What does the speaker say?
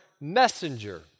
messenger